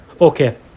Okay